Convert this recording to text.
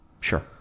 Sure